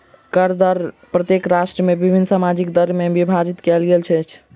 कर दर प्रत्येक राष्ट्र में विभिन्न सामाजिक दर में विभाजित कयल गेल अछि